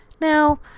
Now